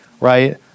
right